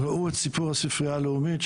ראו את סיפור הספרייה הלאומית,